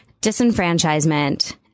disenfranchisement